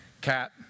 cat